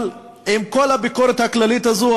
אבל עם כל הביקורת הכללית הזו,